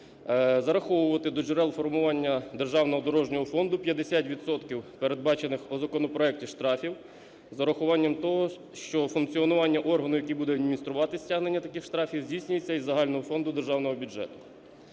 зараховувати до джерел формування державного дорожнього фонду 50 відсотків передбачених у законопроекті штрафів з урахуванням того, що функціонування органу, який буде адмініструвати стягнення таких штрафів, здійснюється із загального фонду державного бюджету.